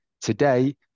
Today